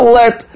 let